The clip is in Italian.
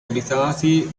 abitati